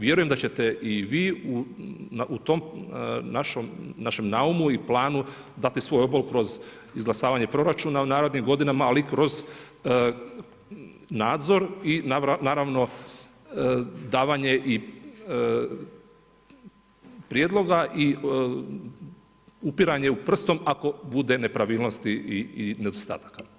Vjerujem da ćete i vi u našem naumu i planu dati svoj obol kroz izglasavanje proračuna u narednim godinama, ali kroz nadzor i naravno davanje i prijedloga i upiranje prstom ako bude nepravilnosti i nedostataka.